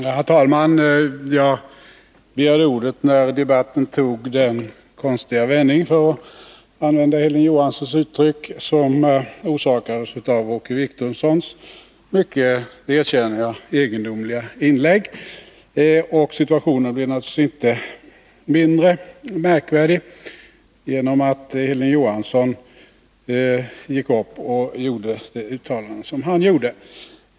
Herr talman! Jag begärde ordet när debatten tog den konstiga vändning, för att använda Hilding Johanssons uttryck, som orsakades av Åke Wictorssons mycket — det erkänner jag - egendomliga inlägg. Och situationen blev naturligtvis inte mindre märkvärdig genom att Hilding Johansson gick upp och gjorde det uttalande som han gjorde.